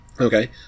Okay